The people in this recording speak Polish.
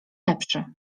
lepszy